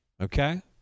Okay